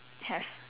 have